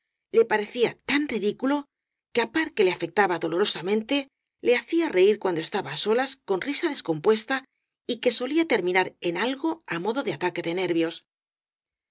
le parecía tan ridículo que á par que le afectaba dolorosa mente le hacía reir cuando estaba á solas con risa descompuesta y que solía terminar en algo á modo de ataque de nervios